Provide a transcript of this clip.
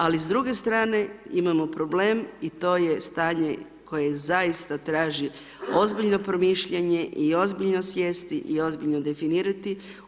Ali s druge strane, imamo problem i to je stanje koje zaista traži ozbiljno promišljanje i ozbiljno sjesti i ozbiljno definirati.